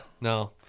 No